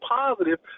positive